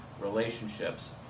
relationships